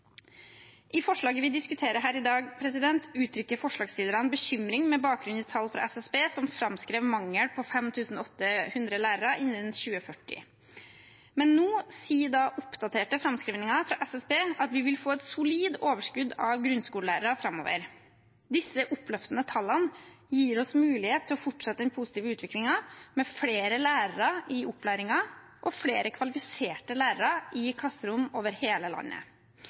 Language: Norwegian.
I forslaget vi diskuterer her i dag, uttrykker forslagsstillerne bekymring, med bakgrunn i tall fra SSB som framskrev en mangel på 5 800 lærere innen 2040. Nå sier oppdaterte framskrivinger fra SSB at vi vil få et solid overskudd av grunnskolelærere framover. Disse oppløftende tallene gir oss mulighet til å fortsette den positive utviklingen, med flere lærere i opplæringen og flere kvalifiserte lærere i klasserom over hele landet.